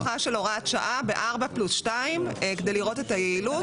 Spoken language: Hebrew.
זאת הארכה של הוראת שעה בארבע פלוס שתיים כדי לראות את היעילות.